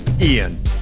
Ian